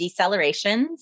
decelerations